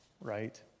right